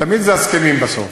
תמיד זה הזקנים בסוף,